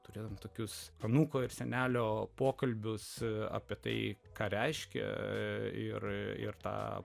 turi antakius anūko ir senelio pokalbius apie tai ką reiškia ir tą